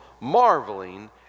marveling